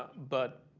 but